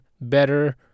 better